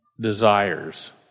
desires